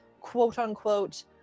quote-unquote